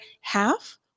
half